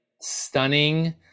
stunning